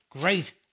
great